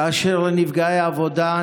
בעוד נפגעי עבודה,